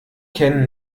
kennen